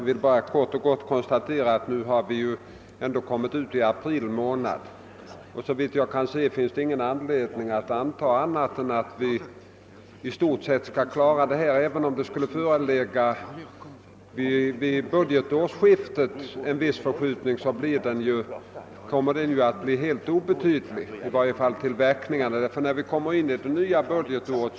Herr talman! Vi har ju nu kommit in i april månad, och det finns såvitt jag förstår ingen anledning anta annat än att utbetalningarna av bostadslånen i stort sett skall kunna klaras. även om det vid budgetårsskiftet uppstår en viss förskjutning kommer den att vara obetydlig — i varje fall till sina verkningar — eftersom det finns medel anvisade för det nya budgetåret.